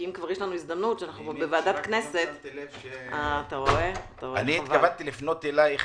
כי אם כבר יש לנו הזדמנות שאנחנו בוועדת כנסת --- התכוונתי לפנות אליך